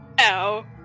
Ow